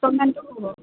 পে'মেণ্টো হ'ব